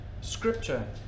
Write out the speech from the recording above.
scripture